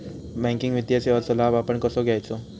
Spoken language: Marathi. बँकिंग वित्तीय सेवाचो लाभ आपण कसो घेयाचो?